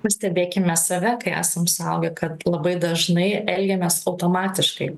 pastebėkime save kai esam suaugę kad labai dažnai elgiamės automatiškai